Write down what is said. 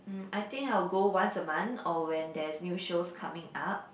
mm I think I'll go once a month or when there's new shows coming up